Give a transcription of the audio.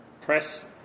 press